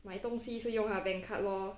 买东西是用他的 bank card lor